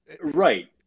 right